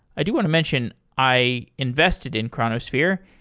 i do want to mention, i invested in chronosphere.